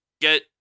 get